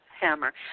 Hammer